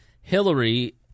Hillary